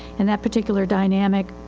in that particular dynamic.